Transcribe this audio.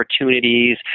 opportunities